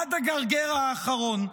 עד הגרגר האחרון.